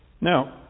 Now